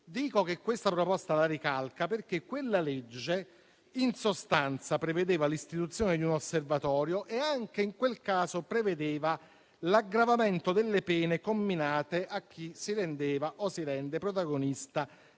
Dico che questa proposta la ricalca perché quella legge, in sostanza, prevedeva l'istituzione di un osservatorio e anche in quel caso l'aggravamento delle pene comminate a chi si rendeva o si rende protagonista